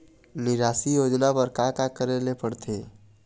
निराश्री योजना बर का का करे ले पड़ते?